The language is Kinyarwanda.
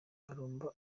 marumba